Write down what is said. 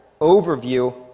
overview